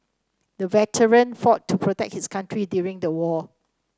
the veteran fought to protect his country during the war